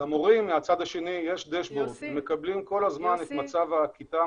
המורים מהצד השני מקבלים את מצב הכיתה,